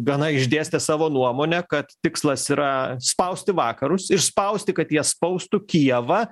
gana išdėstė savo nuomonę kad tikslas yra spausti vakarus išspausti kad jie spaustų kijevą